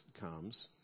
comes